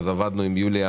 אז עבדנו עם יוליה